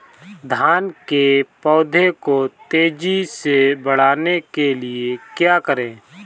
धान के पौधे को तेजी से बढ़ाने के लिए क्या करें?